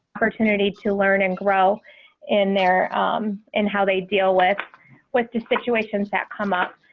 opportunity to learn and grow in there um and how they deal with with the situations that come up.